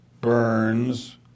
Burns